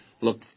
look